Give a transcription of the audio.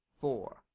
four